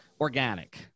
organic